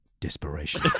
Desperation